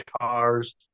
cars